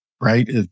right